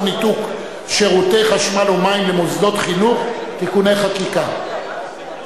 ניתוק שירותי חשמל ומים למוסדות חינוך (תיקוני חקיקה).